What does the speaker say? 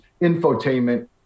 infotainment